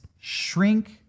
shrink